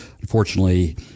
Unfortunately